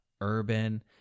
urban